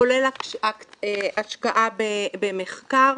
כולל השקעה במחקר.